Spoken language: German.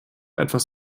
etwas